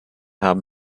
haben